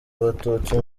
abatutsi